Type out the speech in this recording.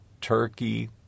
Turkey